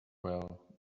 well